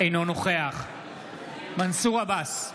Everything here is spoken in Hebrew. אינו נוכח מנסור עבאס,